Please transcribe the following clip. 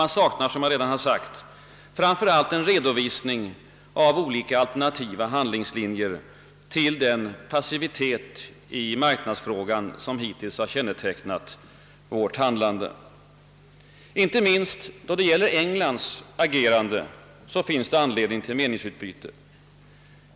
Man saknar, som jag redan sagt, framför allt en redovisning av alternativa handlingslinjer till den passivitet i marknadsfrågan som hittills har kännetecknat vårt handlande. Inte minst då det gäller Englands agerande finns det anledning till meningsutbyte.